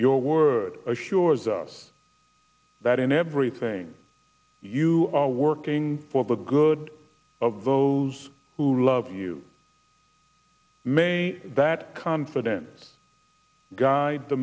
your word assures us that in everything you are working for the good of those who love you may that confidence guide the